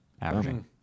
averaging